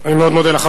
אני מאוד מודה לך.